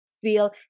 feel